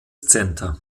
center